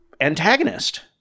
antagonist